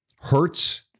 hurts